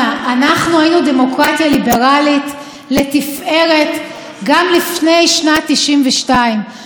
אנחנו היינו דמוקרטיה ליברלית לתפארת גם לפני שנת 1992. אתה יודע,